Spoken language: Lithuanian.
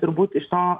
turbūt iš to